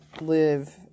live